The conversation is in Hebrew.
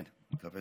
אני מקווה